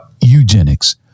eugenics